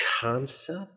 Concept